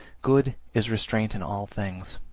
good is restraint in all things.